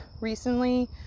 recently